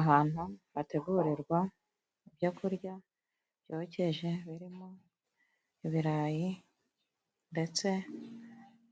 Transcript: Ahantu hategurirwa ibyo kurya byokeje birimo ibirayi ndetse